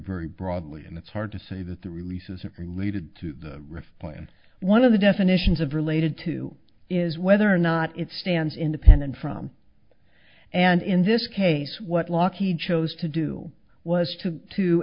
very broadly and it's hard to say that the release as it related to the ref plan one of the definitions of related to is whether or not it stands independent from and in this case what lockheed chose to do was to to